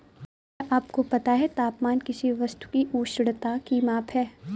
क्या आपको पता है तापमान किसी वस्तु की उष्णता की माप है?